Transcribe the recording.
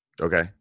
Okay